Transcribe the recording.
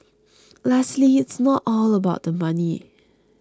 lastly it's not all about the money